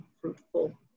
fruitful